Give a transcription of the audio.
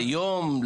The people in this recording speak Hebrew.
ליום?